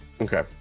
Okay